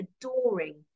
adoring